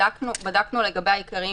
בדקנו לגבי העיקריים.